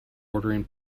ordering